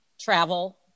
travel